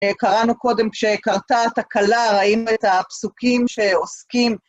קראנו קודם, כשקרתה תקלה, ראינו את הפסוקים שעוסקים